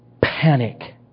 panic